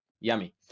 yummy